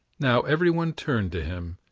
now every one turned to him,